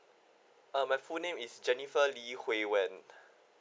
uh my full name is jennifer lee hui wen